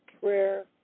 prayer